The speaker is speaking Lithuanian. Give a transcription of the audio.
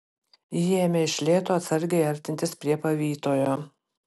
ji ėmė iš lėto atsargiai artintis prie pavytojo